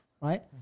right